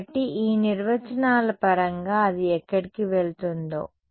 కాబట్టి ఈ నిర్వచనాల పరంగా అది ఎక్కడికి వెళ్తుందో